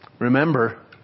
Remember